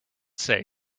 say